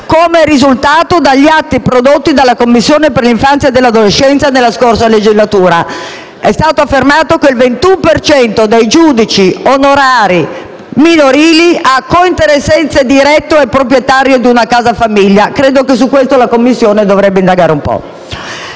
come è risultato dagli atti prodotti dalla Commissione per l'infanzia e l'adolescenza nella scorsa legislatura? *(Applausi dal Gruppo FI-BP)*. È stato affermato che il 21 per cento dei giudici onorari minorili ha cointeressenze dirette con la proprietà di una casa famiglia. Credo che su questo la Commissione dovrebbe indagare un po'.